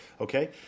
Okay